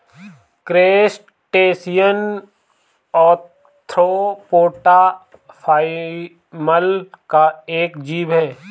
crustacean Arthropoda phylum का एक जीव है